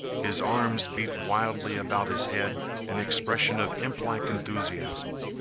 his arms beat wildly about his head in expression of implike enthusiasm.